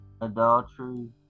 adultery